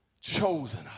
chosen